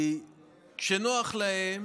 כי כשנוח להם